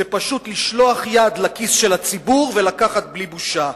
פשוט לשלוח יד לכיס של הציבור ולקחת בלי בושה.